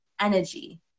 energy